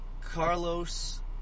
Carlos